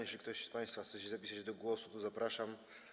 Jeśli ktoś z państwa chce się zapisać do głosu, to zapraszam.